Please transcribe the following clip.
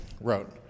wrote